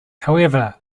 however